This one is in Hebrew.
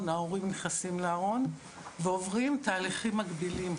ההורים נכנסים לארון ועוברים תהליכים מקבילים,